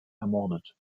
ermordet